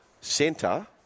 centre